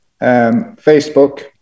Facebook